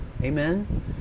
amen